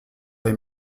they